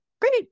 great